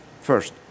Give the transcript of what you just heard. first